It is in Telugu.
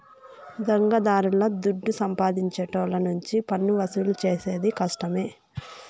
దొంగదారుల దుడ్డు సంపాదించేటోళ్ళ నుంచి పన్నువసూలు చేసేది కష్టమే